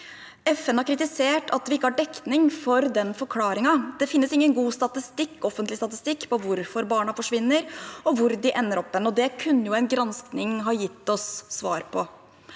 FN har kritisert at vi ikke har dekning for den forklaringen. Det finnes ingen god offentlig statistikk på hvorfor barna forsvinner, og hvor de ender opp – og det kunne en gransking ha gitt oss svar på.